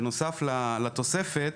בנוסף לתוספת,